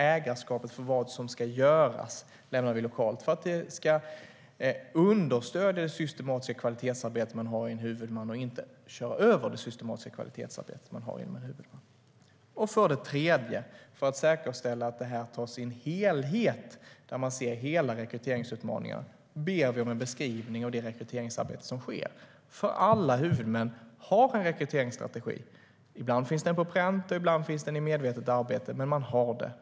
Ägarskapet för vad som ska göras lämnar vi alltså lokalt, för att det ska understödja det systematiska kvalitetsarbete man har i en huvudman - inte köra över det. För det tredje: För att säkerställa att det här ses som en helhet där man ser hela rekryteringsutmaningarna ber vi om en beskrivning av det rekryteringsarbete som sker. Alla huvudmän har nämligen en rekryteringsstrategi. Ibland finns den på pränt, och ibland finns den i medvetet arbete - men man har den.